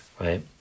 right